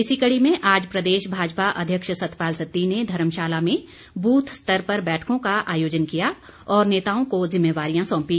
इसी कड़ी में आज प्रदेश भाजपा अध्यक्ष सतपाल सत्ती ने धर्मशाला में बूथ स्तर पर बैठकों का आयोजन किया और नेताओं को जिम्मेवारियां सौंपी